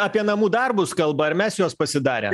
apie namų darbus kalba ar mes juos pasidarę